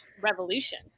revolution